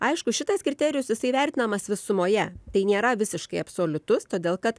aišku šitas kriterijus jisai vertinamas visumoje tai nėra visiškai absoliutus todėl kad